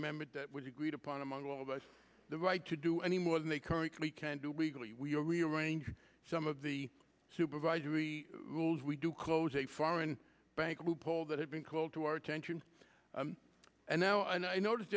amendment that was agreed upon among all of us the right to do any more than they currently can do legally we are rearrange some of the supervisory roles we do close a foreign bank loophole that had been called to our attention and now and i noticed